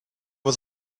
was